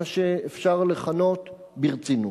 מה שאפשר לכנות "ברצינות".